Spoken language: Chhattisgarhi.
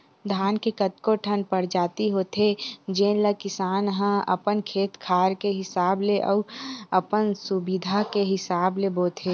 धान के कतको ठन परजाति होथे जेन ल किसान ह अपन खेत खार के हिसाब ले अउ अपन सुबिधा के हिसाब ले बोथे